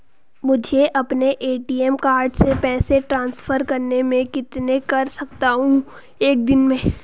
मुझे अपने ATM card से पैसे ट्रांसफर करने हैं कितने कर सकता हूँ एक दिन में?